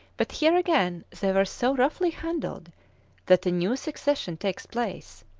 but here again they were so roughly handled that a new secession takes place,